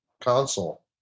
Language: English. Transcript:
console